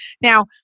Now